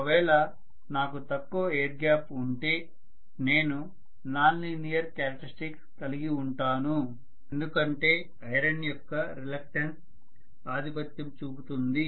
ఒకవేళ నాకు తక్కువ ఎయిర్ గ్యాప్ ఉంటే నేను నాన్ లీనియర్ క్యారెక్టర్స్టిక్స్ కలిగి ఉంటాను ఎందుకంటే ఐరన్ యొక్క రిలక్టన్స్ ఆధిపత్యం చూపుతుంది